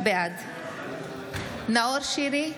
בעד נאור שירי,